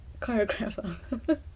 choreographer